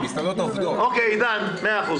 קודם כל,